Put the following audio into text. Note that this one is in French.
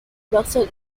marcel